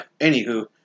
Anywho